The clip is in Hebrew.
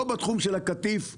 לא בתחום של הקטיף והמיון,